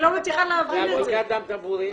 ומה עם בדיקת דם טבורי?